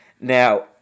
Now